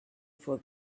for